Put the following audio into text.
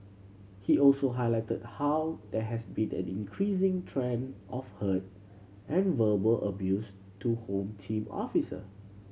he also highlighted how there has been an increasing trend of hurt and verbal abuse to Home Team officer